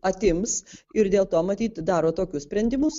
atims ir dėl to matyt daro tokius sprendimus